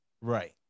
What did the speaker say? right